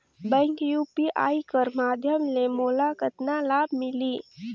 Bank UPI कर माध्यम ले मोला कतना लाभ मिली?